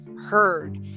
heard